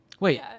Wait